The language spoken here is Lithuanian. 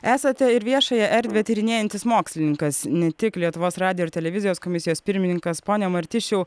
esate ir viešąją erdvę tyrinėjantis mokslininkas ne tik lietuvos radijo ir televizijos komisijos pirmininkas pone martišiau